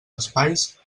espais